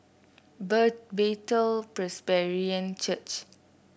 Bethel Presbyterian Church